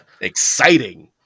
exciting